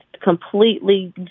completely